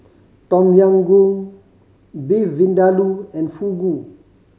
Tom Yam Goong Beef Vindaloo and Fugu